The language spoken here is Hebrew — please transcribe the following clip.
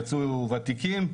יצאו ותיקים,